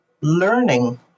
learning